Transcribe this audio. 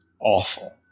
awful